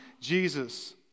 Jesus